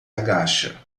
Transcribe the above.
agacha